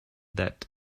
that